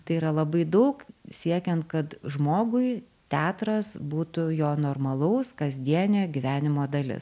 tai yra labai daug siekiant kad žmogui teatras būtų jo normalaus kasdienio gyvenimo dalis